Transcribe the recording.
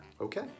Okay